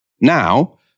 Now